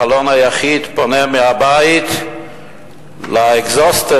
החלון היחיד פונה מהבית לאגזוז של